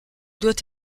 doit